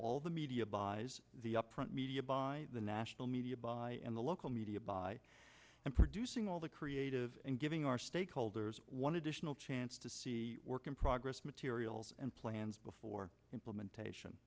the media buys the print media by the national media by the local media by producing all the creative and giving our stakeholders one additional chance to see work in progress materials and plans before implementation